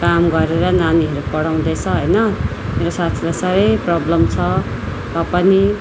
काम गरेर नानीहरू पढाउँदैछ होइन मेरो साथीलाई साह्रै प्रब्लम छ त पनि